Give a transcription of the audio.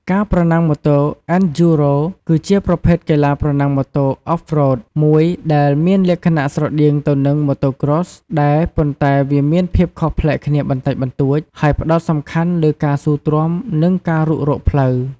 ការប្រណាំងម៉ូតូ អេនឌ្យូរ៉ូ (Enduro) គឺជាប្រភេទកីឡាប្រណាំងម៉ូតូ Off-road មួយទៀតដែលមានលក្ខណៈស្រដៀងទៅនឹង Motocross ដែរ ប៉ុន្តែវាមានភាពខុសប្លែកគ្នាបន្តិចបន្តួច ហើយផ្តោតសំខាន់លើការស៊ូទ្រាំ និងការរុករកផ្លូវ។